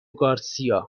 گارسیا